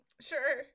sure